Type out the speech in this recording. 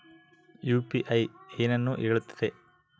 UPI ಏನನ್ನು ಹೇಳುತ್ತದೆ?